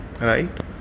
right